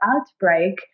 outbreak